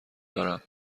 دارم